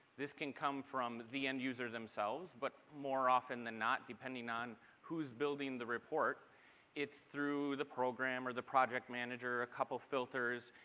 this can come from the end users themselves but more than not depending on who is building the report it's through the program or the project manager, a couple filters,